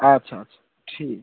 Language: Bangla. আচ্ছা আচ্ছা ঠিক